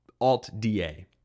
Alt-DA